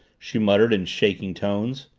she muttered in shaking tones.